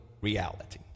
reality